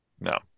No